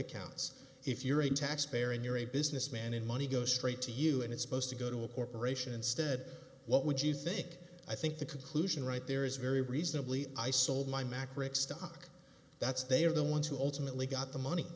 accounts if you're a taxpayer and you're a businessman and money goes straight to you and it's supposed to go to a corporation instead what would you think i think the conclusion right there is very reasonably i sold my mac rick stock that's they are the ones who ultimately got the money